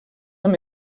amb